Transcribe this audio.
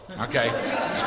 Okay